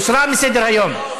הוסרה מסדר-היום.